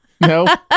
No